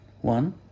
One